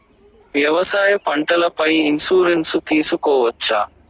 వ్యవసాయ పంటల పై ఇన్సూరెన్సు తీసుకోవచ్చా?